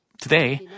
Today